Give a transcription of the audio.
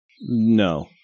no